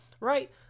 Right